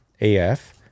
AF